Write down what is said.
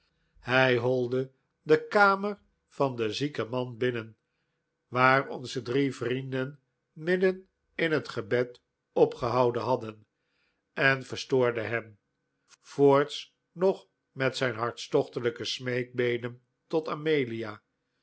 hij holde de kamer van den zieken man binnen waar onze drie vrienden midden in het gebed opgehouden hadden en verstoorde hen voorts nog met zijn hartstochtelijke smeekbedeh tot amelia